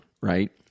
right